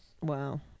Wow